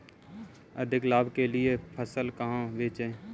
अधिक लाभ के लिए फसल कहाँ बेचें?